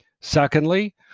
Secondly